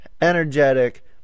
energetic